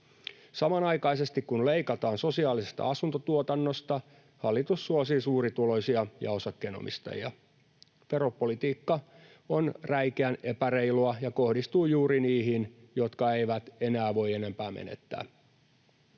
Samanaikaisesti, kun leikataan sosiaalisesta asuntotuotannosta, hallitus suosii suurituloisia ja osakkeenomistajia. Veropolitiikka on räikeän epäreilua ja kohdistuu juuri niihin, jotka eivät enää voi enempää menettää.